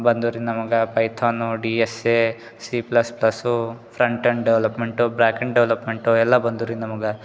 ಬಂದೂರಿ ನಮಗೆ Python D S A C plus plus front end development backend development ಎಲ್ಲ ಬಂದೂ ರೀ ನಮಗೆ